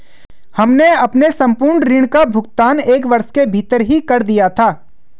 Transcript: हमने अपने संपूर्ण ऋण का भुगतान एक वर्ष के भीतर ही कर दिया था